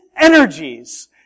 energies